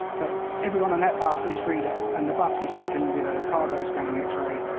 but everyone on that bus is frieda. and the bus is taken with a cargo-scanning x-ray,